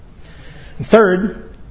Third